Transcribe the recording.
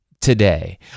today